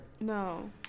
No